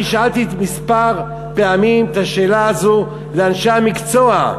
אני שאלתי כמה פעמים את השאלה הזאת את אנשי המקצוע.